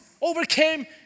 overcame